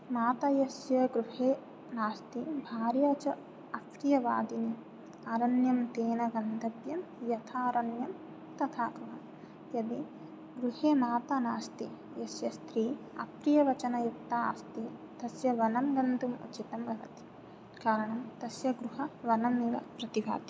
माता यस्य गृहे नास्ति भार्या च अप्रियवादिनी अरण्यं तेन गन्तव्यं यथारण्यं तथा गृहम् यदि गृहे माता नास्ति यस्य स्त्री अप्रियवचनयुक्ता अस्ति तस्य वनं गन्तुम् उच्चितं वर्तते कारणं तस्य गृहं वनमिव प्रतिभाति